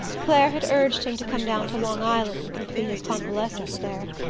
clare had urged him to come down to long island and complete his convalescence there,